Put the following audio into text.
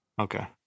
Okay